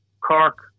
Cork